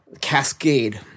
cascade